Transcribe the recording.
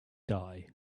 die